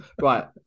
Right